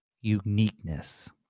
uniqueness